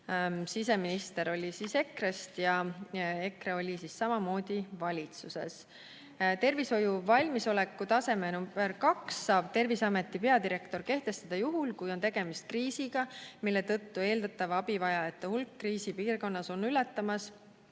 siseminister oli EKRE‑st ja EKRE oli samamoodi valitsuses. Tervishoiu valmisoleku taseme nr 2 saab Terviseameti peadirektor kehtestada juhul, kui on tegemist kriisiga, mille tõttu eeldatav abivajajate hulk kriisipiirkonnas on ületamas